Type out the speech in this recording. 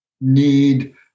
need